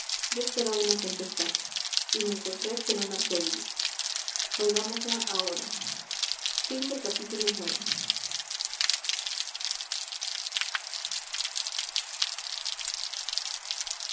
yo esperaba una tempestad y me encontré con un arco iris oigámosla ahora